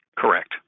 Correct